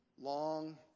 long